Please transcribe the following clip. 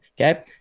Okay